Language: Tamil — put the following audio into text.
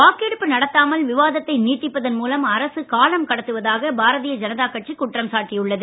வாக்கெடுப்பு நடத்தாமல் விவாதத்தை நீட்டிப்பதன் மூலம் அரசு காலம் கடத்துவதாக பாரதீய ஜனதா கட்சி குற்றம் சாட்டியுள்ளது